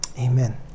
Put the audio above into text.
amen